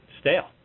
stale